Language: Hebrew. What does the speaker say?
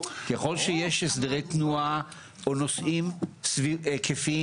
ככל שיש הסדרי תנועה או נושאים היקפיים